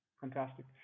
fantastic